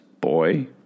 boy